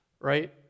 right